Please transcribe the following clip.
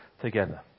together